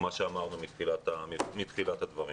אבל תארו לעצמכם שיש ילדים חולים שנמצאים בבית הספר